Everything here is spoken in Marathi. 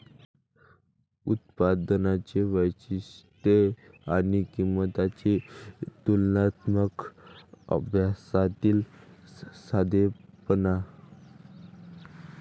उत्पादनांची वैशिष्ट्ये आणि किंमतींच्या तुलनात्मक अभ्यासातील साधेपणा